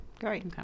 Great